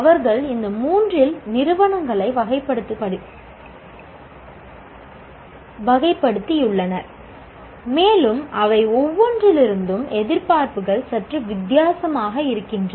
அவர்கள் இந்த 3 இல் நிறுவனங்களை வகைப்படுத்தியுள்ளனர் மேலும் அவை ஒவ்வொன்றிலிருந்தும் எதிர்பார்ப்புகள் சற்று வித்தியாசமாக இருக்கின்றன